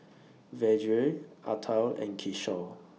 Vedre Atal and Kishore